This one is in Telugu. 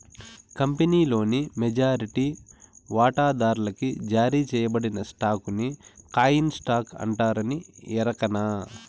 కంపినీలోని మెజారిటీ వాటాదార్లకి జారీ సేయబడిన స్టాకుని కామన్ స్టాకు అంటారని ఎరకనా